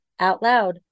OUTLOUD